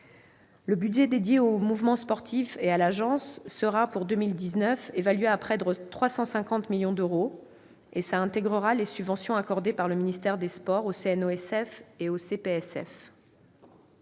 Le budget dédié au mouvement sportif et à l'agence est ainsi, pour 2019, évalué à près de 350 millions d'euros, en intégrant les subventions accordées par le ministère des sports au CNOSF et au CPSF.